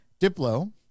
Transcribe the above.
Diplo